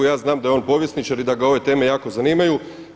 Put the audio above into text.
Ja znam da je on povjesničar i da ga ove teme jako zanimaju.